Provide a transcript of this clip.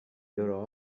loro